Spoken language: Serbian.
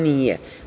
Nije.